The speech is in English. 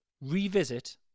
revisit